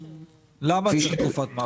למה צריך תקופת מעבר?